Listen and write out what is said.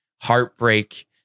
heartbreak